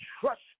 trust